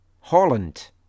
Holland